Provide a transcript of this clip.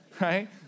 right